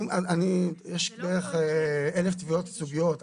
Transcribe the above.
יש כאלף תביעות ייצוגיות.